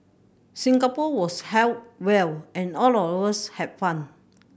Singapore was held well and all of us have fun